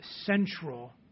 central